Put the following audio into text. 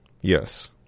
Yes